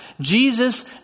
Jesus